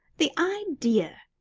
the idea!